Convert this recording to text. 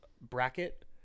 bracket